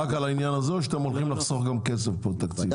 רק על העניין הזה או שאתם הולכים לחסוך גם כסף פה בתקציב?